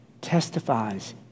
testifies